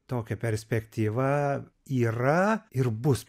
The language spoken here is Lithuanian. tokia perspektyva yra ir bus